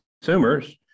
consumers